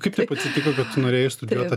kaip taip atsitiko kad tu norėjai studijuot tą